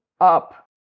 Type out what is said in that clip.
up